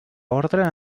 orde